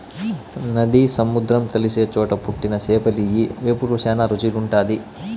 నది, సముద్రం కలిసే చోట పుట్టిన చేపలియ్యి వేపుకు శానా రుసిగుంటాది